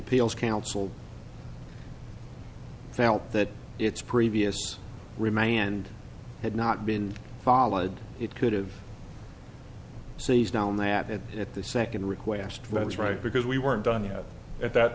appeals counsel felt that its previous remand had not been followed it could have seized on that it at the second request read it right because we weren't done yet at that